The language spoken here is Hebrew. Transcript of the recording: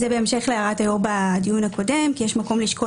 זה בהמשך להערת היו"ר בדיון הקודם כי יש מקום לשקול